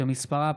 שמספרה